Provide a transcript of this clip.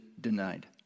denied